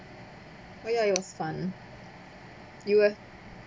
oh ya it was fun you eh